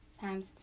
times